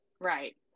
Right